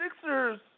Sixers